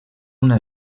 una